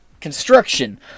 construction